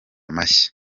mashya